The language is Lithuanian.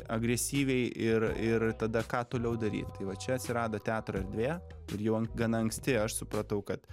agresyviai ir ir tada ką toliau daryt tai va čia atsirado teatro erdvėje ir jau gana anksti aš supratau kad